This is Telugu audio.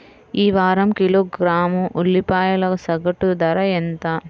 ఈ వారం కిలోగ్రాము ఉల్లిపాయల సగటు ధర ఎంత?